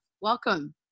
Welcome